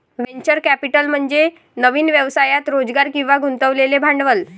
venture capital म्हणजे नवीन व्यवसायात रोजगार किंवा गुंतवलेले भांडवल